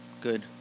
Good